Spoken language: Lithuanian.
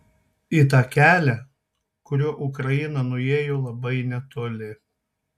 į tą kelią kuriuo ukraina nuėjo labai netoli